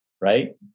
Right